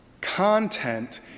Content